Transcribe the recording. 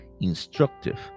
instructive